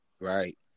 Right